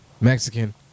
Mexican